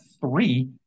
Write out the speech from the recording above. three